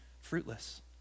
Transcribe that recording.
fruitless